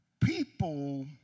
people